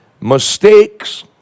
Mistakes